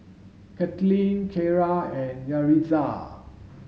Kathaleen Keira and Yaritza